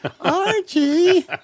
Archie